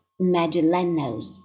Magellanos